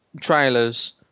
trailers